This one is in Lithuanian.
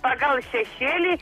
pagal šešėlį